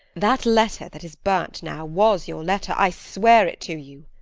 that letter that is burnt now was your letter. i swear it to you!